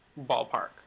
ballpark